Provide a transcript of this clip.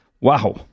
Wow